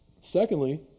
Secondly